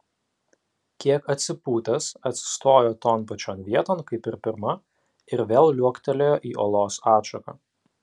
kiek atsipūtęs atsistojo ton pačion vieton kaip ir pirma ir vėl liuoktelėjo į olos atšaką